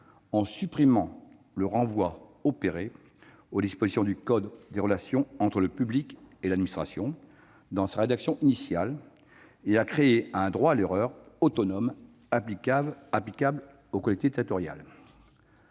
en supprimant le renvoi opéré aux dispositions du code des relations entre le public et l'administration dans sa rédaction initiale et à créer un droit à l'erreur autonome applicable aux collectivités territoriales.